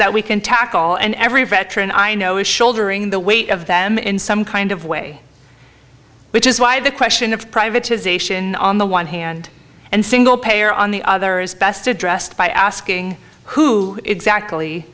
that we can tackle and every veteran i know is shouldering the weight of them in some kind of way which is why the question of privatization on the one hand and single payer on the other is best addressed by asking who exactly